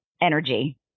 energy